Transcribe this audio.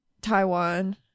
taiwan